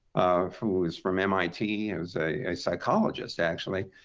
who is from mit, who's a psychologist actually,